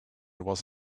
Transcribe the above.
was